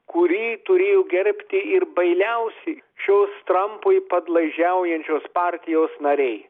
kurį turėjo gerbti ir bailiausi šius trampui padlaižiaujančius partijos nariai